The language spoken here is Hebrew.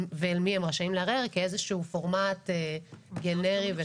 ואל מי הם רשאים לערער כאיזה שהוא פורמט גנרי וקבוע.